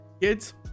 kids